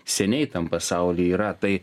seniai tam pasauly yra tai